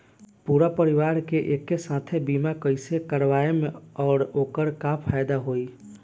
पूरा परिवार के एके साथे बीमा कईसे करवाएम और ओकर का फायदा होई?